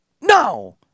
No